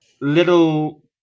little